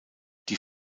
die